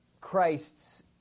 Christ's